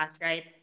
right